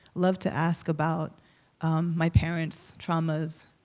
love to ask about my parents' traumas.